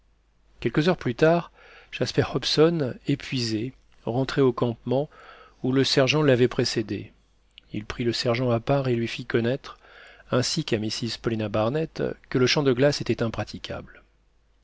quelques heures plus tard jasper hobson épuisé rentrait au campement où le sergent l'avait précédé il prit le sergent à part et lui fit connaître ainsi qu'à mrs paulina barnett que le champ de glace était impraticable